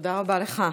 תודה רבה לך.